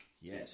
Yes